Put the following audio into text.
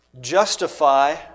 justify